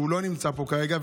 שלא נמצא פה כרגע,